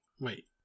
wait